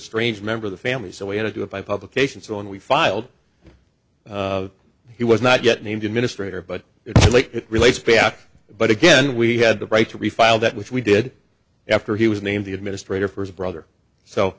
strange member of the family so we had to do it by publication so when we filed he was not yet named administrator but it's like it relates back but again we had the right to refile that which we did after he was named the administrator for his brother so